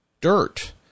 dirt